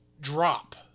drop